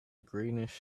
greenish